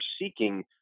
seeking